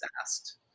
asked